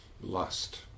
Lust